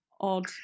Odd